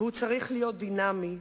והוא צריך להיות דינמי.